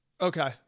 Okay